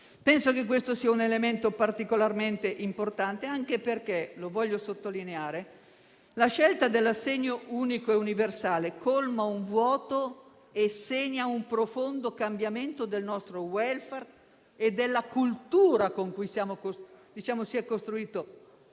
a mio avviso, un elemento particolarmente importante, anche perché voglio sottolineare che la scelta dell'assegno unico e universale colma un vuoto e segna un profondo cambiamento del nostro *welfare* e della cultura in base alla quale si è costruito